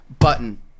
Button